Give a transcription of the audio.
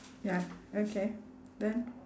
ya okay then